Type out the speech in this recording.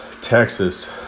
Texas